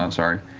um sorry.